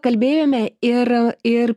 kalbėjome ir ir